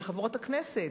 לחברות הכנסת,